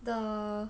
the